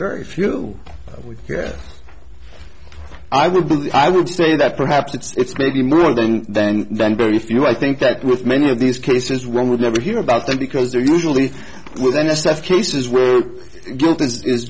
very few i would i would say that perhaps it's maybe more than then than very few i think that with many of these cases one would never hear about them because they're usually with n s f cases where guilt is